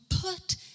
put